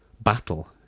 battle